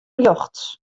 rjochts